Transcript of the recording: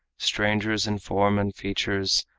strangers in form and features,